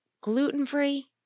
Gluten-free